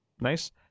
Nice